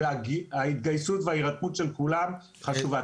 וההתגייסות וההירתמות של כולם חשובה.